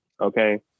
Okay